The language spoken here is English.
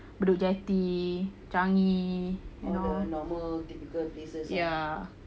bedok jetty changi you know ya